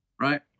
Right